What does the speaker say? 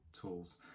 tools